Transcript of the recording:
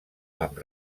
amb